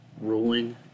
ruling